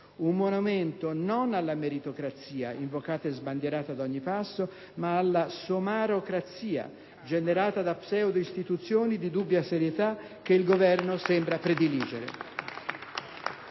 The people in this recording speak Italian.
Un monumento non alla meritocrazia, invocata e sbandierata ad ogni passo, ma alla "somarocrazia" generata da pseudo-istituzioni di dubbia serietà, che il Governo sembra prediligere.